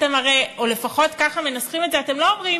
אתם הרי, או לפחות ככה מנסחים את זה, לא אומרים: